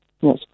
Yes